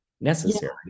necessary